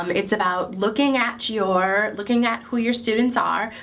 um it's about looking at your looking at who your students are,